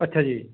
ਅੱਛਾ ਜੀ